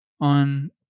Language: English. on